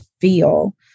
feel